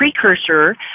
precursor